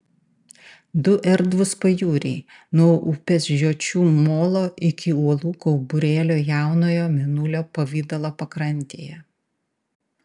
du erdvūs pajūriai nuo upės žiočių molo iki uolų kauburėlio jaunojo mėnulio pavidalo pakrantėje